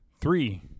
three